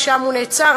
ושם הוא נעצר.